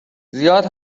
زیاد